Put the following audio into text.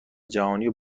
جهانیو